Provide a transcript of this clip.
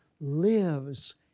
lives